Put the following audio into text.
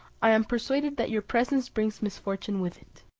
i am persuaded that your presence brings misfortune with it.